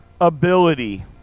ability